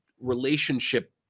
relationship